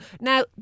Now